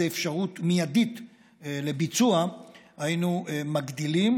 אפשרות מיידית לביצוע היינו מגדילים,